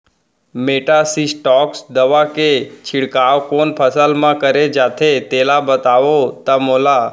Metasystox दवा के छिड़काव कोन फसल म करे जाथे तेला बताओ त मोला?